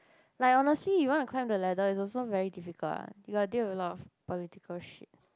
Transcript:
like honestly you want to climb the ladder is also very difficult you gotta deal with a lot of political shit